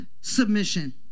submission